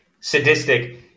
sadistic